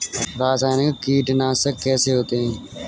रासायनिक कीटनाशक कैसे होते हैं?